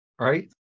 right